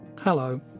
Hello